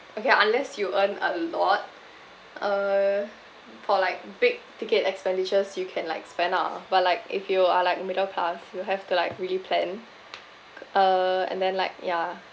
okay unless you earn a lot uh for like big ticket expenditures you can like spend ah but like if you are like middle class you have to like really plan uh and then like ya